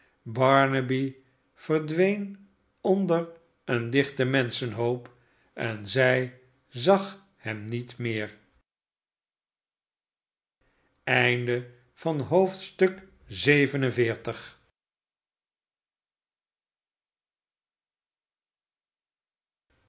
barnaby verdween onder een dichten menschenhoop en zij zag hem niet meer